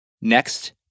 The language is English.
Next